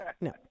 no